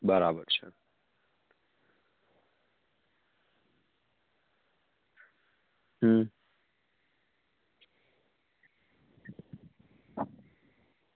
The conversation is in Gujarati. બરાબર છે હુ